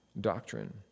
doctrine